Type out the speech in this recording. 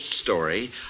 story